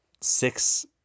Six